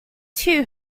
too